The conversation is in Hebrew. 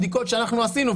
הבדיקות שעשינו,